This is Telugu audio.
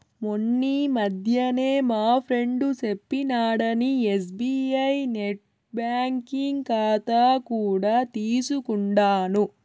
మొన్నీ మధ్యనే మా ఫ్రెండు సెప్పినాడని ఎస్బీఐ నెట్ బ్యాంకింగ్ కాతా కూడా తీసుకుండాను